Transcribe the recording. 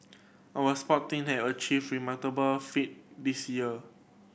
our sport team have achieved remarkable feat this year